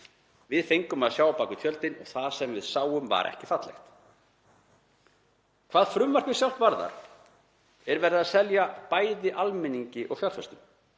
Við fengum að sjá á bak við tjöldin. Það sem við sáum var ekki fallegt. Hvað frumvarpið sjálft varðar er verið að selja bæði almenningi og fjárfestum,